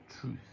truth